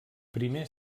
primer